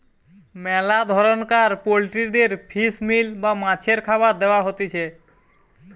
মেলা ধরণকার পোল্ট্রিদের ফিশ মিল বা মাছের খাবার দেয়া হতিছে